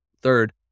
Third